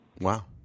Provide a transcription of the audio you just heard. Wow